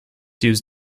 use